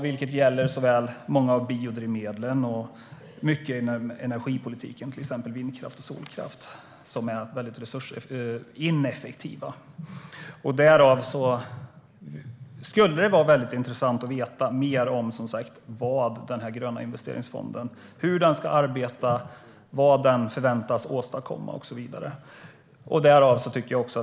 Det gäller såväl många av biodrivmedlen som mycket inom energipolitiken, till exempel vindkraft och solkraft som är väldigt resursineffektiva. Därför skulle det vara väldigt intressant att få veta mer om den gröna investeringsfonden, hur den ska arbeta, vad den förväntas åstadkomma, och så vidare.